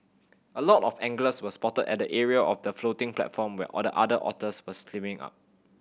a lot of anglers were spotted at the area of the floating platform where all the other otters were swimming up